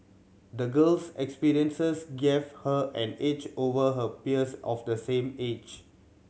the girl's experiences gave her an edge over her peers of the same age